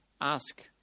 ask